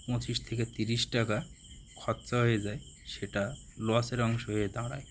পঁচিশ থেকে তিরিশ টাকা খরচা হয়ে যায় সেটা লসের অংশ হয়ে দাঁড়ায়